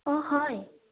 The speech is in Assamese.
অঁ হয়